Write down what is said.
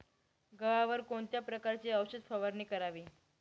गव्हावर कोणत्या प्रकारची औषध फवारणी करावी?